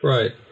Right